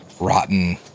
rotten